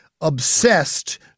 obsessed